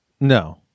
No